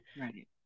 Right